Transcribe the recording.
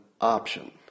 option